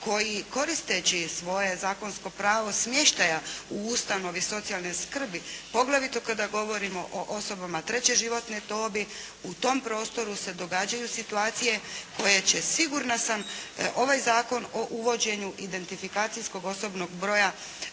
koji koristeći svoje zakonsko pravo smještaja u ustanovi socijalne skrbi poglavito kada govorimo o osobama treće životne dobi u tom prostoru se događaju situacije koje će sigurna sam ovaj Zakon o uvođenju identifikacijskog osobnog broja